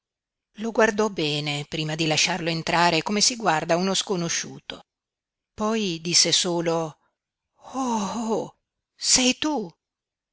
lo guardò bene prima di lasciarlo entrare come si guarda uno sconosciuto poi disse solo oh oh sei tu